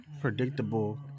predictable